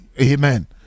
amen